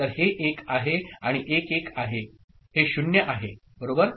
तर हे 1 आहे आणि 1 1 आहे हे 0 आहे बरोबर